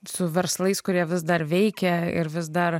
su verslais kurie vis dar veikia ir vis dar